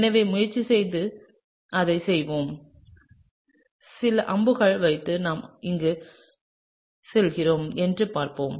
எனவே முயற்சி செய்து அதைச் செய்வோம் சில அம்புகளை வைத்து நாம் எங்கு செல்கிறோம் என்று பார்ப்போம்